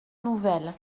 nouvelle